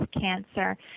cancer